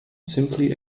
simply